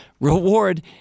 reward